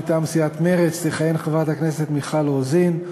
מטעם סיעת מרצ תכהן חברת הכנסת מיכל רוזין,